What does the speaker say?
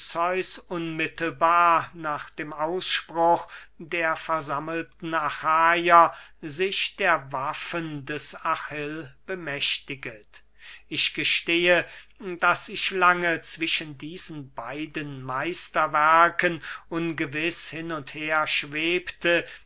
unmittelbar nach dem ausspruch der versammelten achaier sich der waffen des achill bemächtiget ich gestehe daß ich lange zwischen diesen beiden meisterwerken ungewiß hin und her schwebte